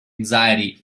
anxiety